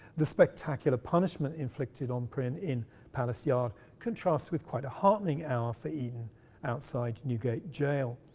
the spectacular punishment inflicted on prynne in palace yard contrasts with quite a heartening hour for eaton outside newgate jail.